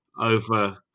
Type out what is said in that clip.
over